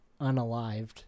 unalived